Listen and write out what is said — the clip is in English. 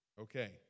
okay